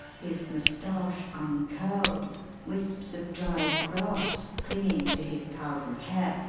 his moustache uncurled, wisps of dried grass clinging to his tousled hair,